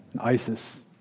ISIS